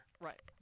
Right